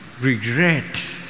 regret